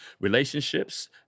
relationships